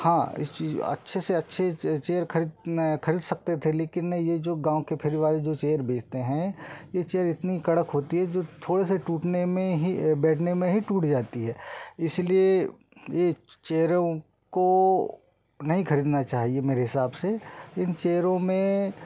हाँ इस चीज़ अच्छे से अच्छे चेयर ख़रीद ख़रीद सकते थे लेकिन न ये जो गाँव के फेरी वाले जो चेयर बेचते हैं ये चेयर इतनी कड़क होती है जो थोड़े से टूटने में ही बैठने में ही टूट जाती है इसलिए ये चेयरों को नही ख़रीदना चाहिए मेरे हिसाब से इन चेयरों में